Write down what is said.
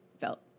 felt